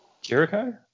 Jericho